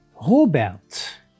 Robert